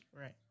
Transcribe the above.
Right